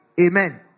Amen